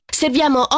serviamo